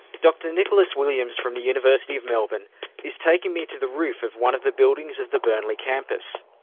dr nicholas williams from the university of melbourne is taking me to the roof of one of the buildings of the burnley campus.